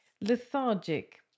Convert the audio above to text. lethargic